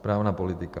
Správná politika.